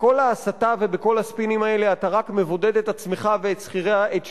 בכל ההסתה ובכל הספינים האלה אתה רק מבודד את עצמך ואת שכירי העט שלך,